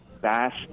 bass